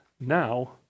now